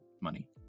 money